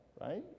right